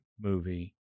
movie